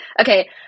okay